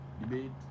debate